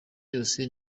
yose